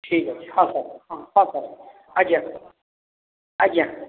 ଠିକ ଅଛି ହଁ ସାର୍ ହଁ ହଁ ସାର୍ ଆଜ୍ଞା ଆଜ୍ଞା